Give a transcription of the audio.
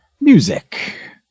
Music